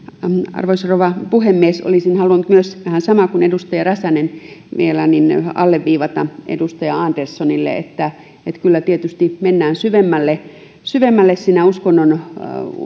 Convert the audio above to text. arvoisa rouva puhemies olisin halunnut myös vähän samaa kuin edustaja räsänen vielä alleviivata edustaja anderssonille että kyllä tietysti mennään syvemmälle syvemmälle siinä uskonnon